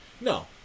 no